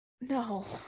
No